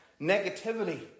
negativity